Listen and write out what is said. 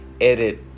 Edit